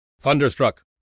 Thunderstruck